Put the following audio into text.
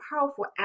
powerful